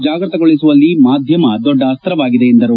ಜಾಗ್ಪತಿಗೊಳಿಸುವಲ್ಲಿ ಮಾಧ್ಯಮ ದೊಡ್ಡ ಅಸ್ತವಾಗಿದೆ ಎಂದರು